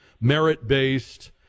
merit-based